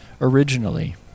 originally